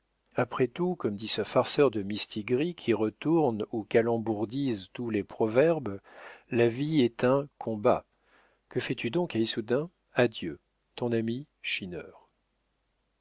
après tout comme dit ce farceur de mistigris qui retourne ou calembourdise tous les proverbes la vie est un qu'on bat que fais-tu donc à issoudun adieu ton ami